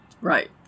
Right